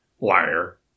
Liar